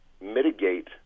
mitigate